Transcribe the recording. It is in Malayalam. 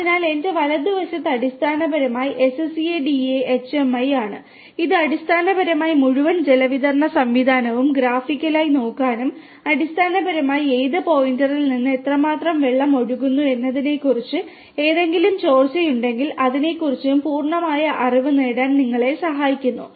അതിനാൽ എന്റെ വലതുവശത്ത് അടിസ്ഥാനപരമായി SCADA HMI ആണ് ഇത് അടിസ്ഥാനപരമായി മുഴുവൻ ജലവിതരണ സംവിധാനവും ഗ്രാഫിക്കലായി നോക്കാനും അടിസ്ഥാനപരമായി ഏത് പോയിന്റിൽ നിന്ന് എത്രമാത്രം വെള്ളം ഒഴുകുന്നു എന്നതിനെക്കുറിച്ചും ഏതെങ്കിലും ചോർച്ചയുണ്ടെങ്കിൽ അതിനെക്കുറിച്ചും പൂർണ്ണമായ അറിവ് നേടാൻ നിങ്ങളെ സഹായിക്കുന്നു